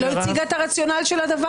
היא לא הציגה האת הרציונל של הדבר.